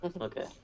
Okay